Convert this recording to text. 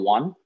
One